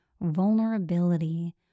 vulnerability